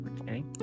Okay